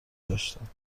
داشتند